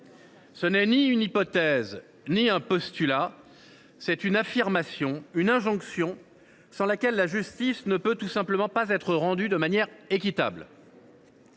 Ce n’est ni une hypothèse ni un postulat ; c’est une affirmation, une injonction sans laquelle la justice ne peut tout simplement pas être rendue de manière équitable.